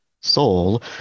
Soul